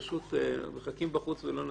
פשוט מחכים בחוץ ולא נספיק.